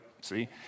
see